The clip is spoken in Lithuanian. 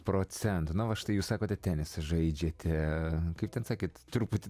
procentų na va štai jūs sakote tenisą žaidžiate kaip ten sakėt truputį